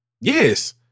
Yes